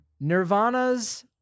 Nirvana's